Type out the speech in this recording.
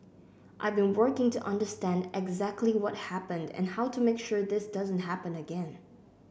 I've been working to understand exactly what happened and how to make sure this doesn't happen again